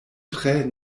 tre